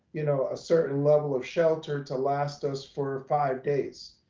you know a certain level of shelter to last us for five days?